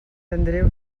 andreu